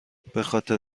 بخاطر